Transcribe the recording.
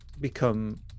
become